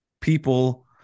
people